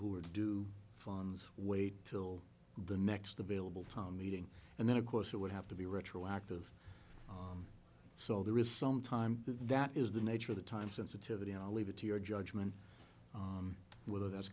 who are due funds wait until the next available time meeting and then of course it would have to be retroactive so there is some time that is the nature of the time sensitivity and i'll leave it to your judgment whether that's